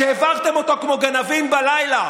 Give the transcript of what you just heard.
שהעברתם אותו כמו גנבים בלילה,